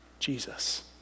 Jesus